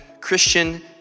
Christian